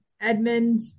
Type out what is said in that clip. Edmund